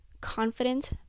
confident